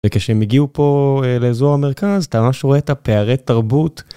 וכשהם הגיעו פה לאזור המרכז, אתה ממש רואה את הפערי תרבות.